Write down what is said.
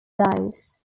dice